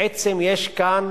בעצם, יש כאן